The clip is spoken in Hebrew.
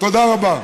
תודה רבה.